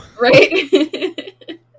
Right